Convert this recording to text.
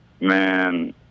Man